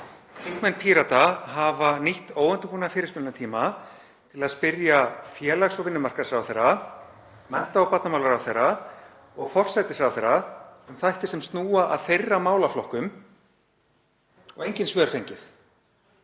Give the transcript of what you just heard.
Þingmenn Pírata hafa nýtt óundirbúna fyrirspurnatíma til að spyrja félags- og vinnumarkaðsráðherra, mennta- og barnamálaráðherra og forsætisráðherra um þætti sem snúa að þeirra málaflokkum en engin svör fengið.